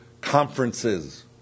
conferences